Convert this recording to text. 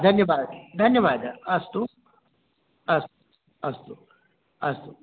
धन्यवादः धन्यवादः अस्तु अस्तु अस्तु अस्तु